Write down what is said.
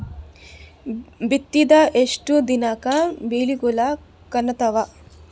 ಬಿತ್ತಿದ ಎಷ್ಟು ದಿನಕ ಬೆಳಿಗೋಳ ಕಾಣತಾವ?